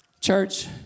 Church